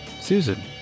Susan